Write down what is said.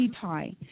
tie